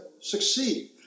succeed